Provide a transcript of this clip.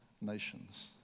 nations